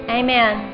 amen